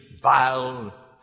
vile